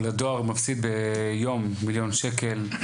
אבל הדואר מפסיד ביום 1 מיליון שקל,